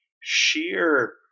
sheer